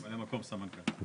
ממלא מקום סמנכ"ל.